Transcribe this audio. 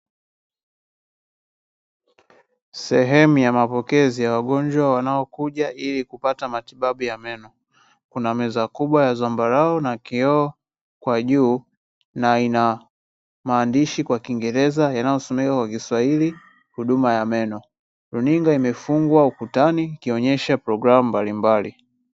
Sehemu ya mapokezi ya wagonjwa wanokuja ili kupata matibabu ya meno, kuna meza kubwa ya dhambarau na kioo kwa juu na ina maandishi kwa kiingereza yanayosomeka kwa kiswahili huduma ya meno, runinga imefungwa ukutani ikionyesha programu mbalimbali.